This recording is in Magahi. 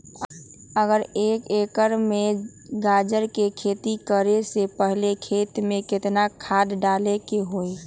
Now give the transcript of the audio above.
अगर एक एकर में गाजर के खेती करे से पहले खेत में केतना खाद्य डाले के होई?